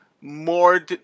more